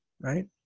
right